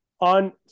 on